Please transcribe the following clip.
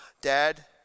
dad